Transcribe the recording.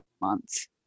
months